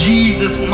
Jesus